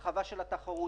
הרחבה של התחרות.